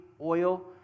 oil